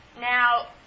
Now